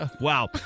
Wow